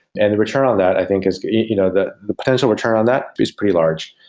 and the return on that i think is you know the the potential return on that is pretty large.